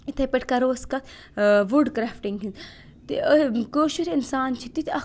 یِتھَے پٲٹھۍ کَرو أسۍ کَتھ وُڈ کرٛافٹِنٛگ ہِنٛز تہِ کٲشُر اِنسان چھِ تِتھ اَکھ